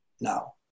now